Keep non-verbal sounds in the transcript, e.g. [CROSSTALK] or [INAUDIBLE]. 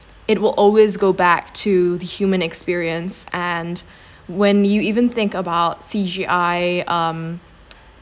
it will always go back to the human experience and [BREATH] when you even think about C_G_I um